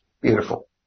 beautiful